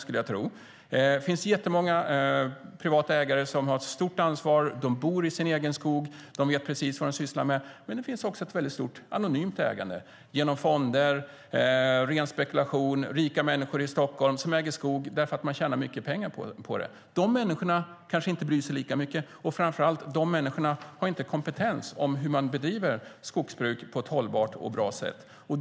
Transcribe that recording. Det finns jättemånga privata ägare som tar ett stort ansvar. De bor i sin egen skog. De vet precis vad de sysslar med, men det finns också ett mycket stort anonymt ägande genom fonder och ren spekulation. Det finns rika människor i Stockholm som äger skog därför att de tjänar mycket pengar på det. De människorna kanske inte bryr sig lika mycket, och de människorna har framför allt inte kompetensen och vet hur man bedriver skogsbruk på ett hållbart och bra sätt.